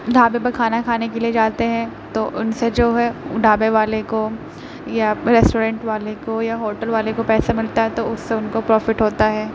ڈھابے پہ کھانا کھانے کے لیے جاتے ہیں تو ان سے جو ہے ڈھابے والے کو یا ریسٹورینٹ والے کو یا ہوٹل والے کو پیسہ ملتا ہے تو اس سے ان کو پروفٹ ہوتا ہے